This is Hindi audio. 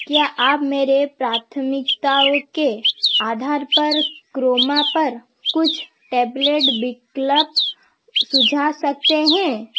क्या आप मेरे प्राथमिकताओं के आधार पर क्रोमा पर कुछ टेबलेट विकल्प सुझा सकते हैं